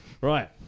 right